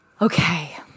Okay